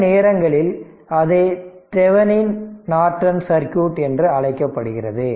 சில நேரங்களில் அது தெவெனின் நார்டன் சர்க்யூட் என்று அழைக்கப்படுகிறது